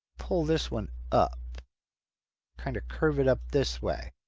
pull this one up kind of curve it up this way.